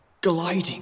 Gliding